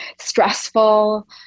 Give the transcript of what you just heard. stressful